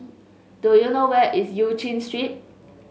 do you know where is Eu Chin Street